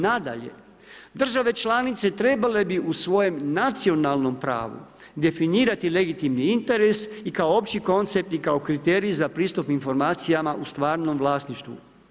Nadalje, države članice trebale bi u svojem nacionalnom pravu definirati legitimni interes i kao opći koncept i kao kriterij za pristup informacijama u stvarnom vlasništvu.